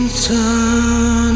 time